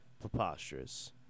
preposterous